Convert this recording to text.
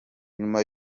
nyuma